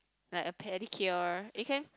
like a paddy cure it can